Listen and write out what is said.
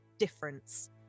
difference